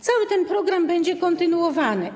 Cały ten program będzie kontynuowany.